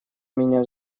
меня